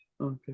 Okay